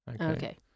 Okay